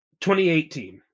2018